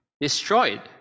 destroyed